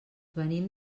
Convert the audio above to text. venim